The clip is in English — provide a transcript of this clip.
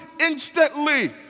instantly